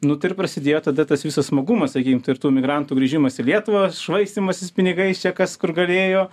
nu tai ir prasidėjo tada tas visas smagumas sakykim tai ir tų emigrantų grįžimas į lietuvą švaistymasis pinigais čia kas kur galėjo